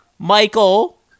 Michael